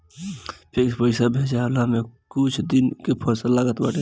fix पईसा भेजाववला में कुछ दिन के समय लागत बाटे